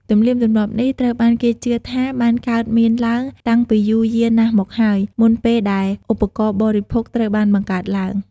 ទំនៀមទម្លាប់នេះត្រូវបានគេជឿថាបានកើតមានឡើងតាំងពីយូរយារណាស់មកហើយ មុនពេលដែលឧបករណ៍បរិភោគត្រូវបានបង្កើតឡើង។